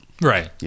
right